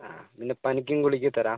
ആ പിന്നെ പനിക്കും ഗുളിക തരാം